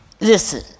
Listen